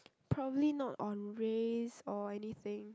probably not on race or anything